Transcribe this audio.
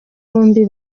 bombi